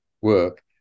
work